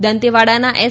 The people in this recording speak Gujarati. દંતેવાડાના એસ